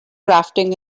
rafting